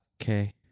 Okay